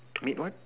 meat what